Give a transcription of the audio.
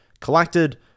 collected